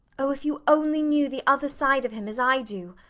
oh, if you only knew the other side of him as i do!